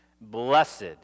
Blessed